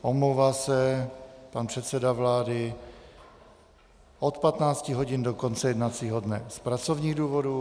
Omlouvá se pan předseda vlády od 15 hodin do konce jednacího dne z pracovních důvodů.